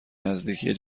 نزدیکی